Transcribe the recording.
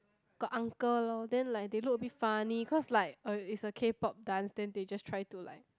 got uncle lor then they look a bit funny cause like uh it's a K-pop dance then they just try to like